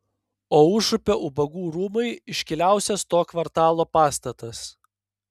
o užupio ubagų rūmai iškiliausias to kvartalo pastatas